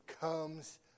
comes